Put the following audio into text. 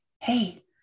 Hey